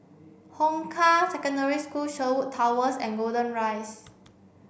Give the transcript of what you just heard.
Hong Kah Secondary School Sherwood Towers and Golden Rise